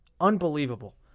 Unbelievable